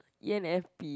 E N F P